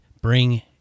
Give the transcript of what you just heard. bring